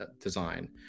design